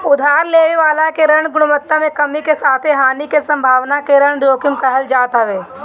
उधार लेवे वाला के ऋण गुणवत्ता में कमी के साथे हानि के संभावना के ऋण जोखिम कहल जात हवे